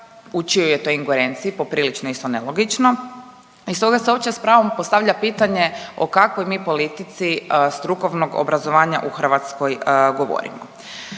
u čijoj je to ingerenciji poprilično isto nelogično. I stoga se uopće sa pravom postavlja pitanje o kakvoj mi politici strukovnog obrazovanja u Hrvatskoj govorimo.